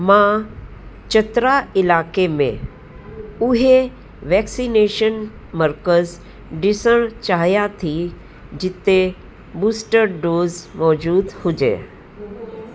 मां चतरा इलाइक़े में उहे वैक्सिनेशन मर्कज़ ॾिसण चाहियां थी जिते बूस्टर डोज़ मौजूदु हुजे